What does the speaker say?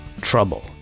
Trouble